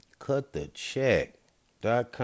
Cutthecheck.com